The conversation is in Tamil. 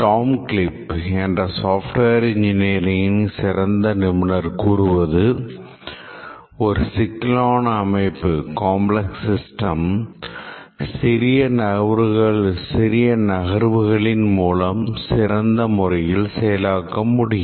டாம் கிளிப் மூலம் சிறந்த முறையில் செயலாக்க முடியும்